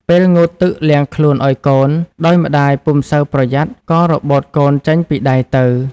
ពេលងូតទឹកលាងខ្លួនឱ្យកូន ដោយម្តាយពុំសូវប្រយ័ត្ន ក៏របូតកូនចេញពីដៃទៅ។